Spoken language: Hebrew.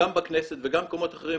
גם בכנסת וגם במקומות אחרים,